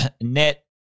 net